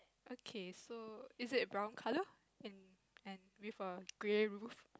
okay so is it a brown color and and wait for grey roof